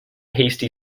hasty